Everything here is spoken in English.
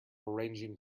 arranging